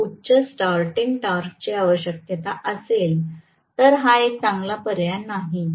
जर उच्च स्टार्टींग टॉर्कची आवश्यकता असेल तर हा एक चांगला पर्याय नाही